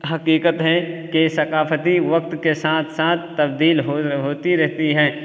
حقیقت ہے کہ ثقافتی وقت کے ساتھ ساتھ تبدیل ہو ہوتی رہتی ہے